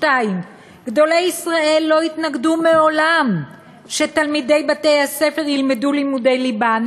2. גדולי ישראל לא התנגדו מעולם שתלמידי בתי-הספר ילמדו לימודי ליבה.